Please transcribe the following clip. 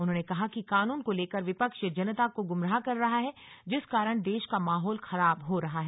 उन्होंने कहा कि कानून को लेकर विपक्ष जनता को गुमराह कर रहा है जिस कारण देश का माहौल खराब हो रहा है